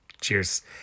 Cheers